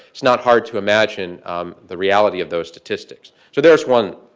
it's not hard to imagine the reality of those statistics. so there's one.